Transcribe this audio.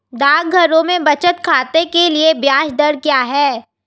डाकघरों में बचत खाते के लिए ब्याज दर क्या है?